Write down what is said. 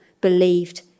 believed